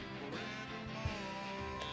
forevermore